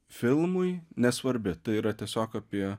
filmui nesvarbi tai yra tiesiog apie